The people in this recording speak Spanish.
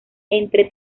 entre